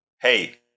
hey